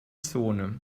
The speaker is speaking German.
zone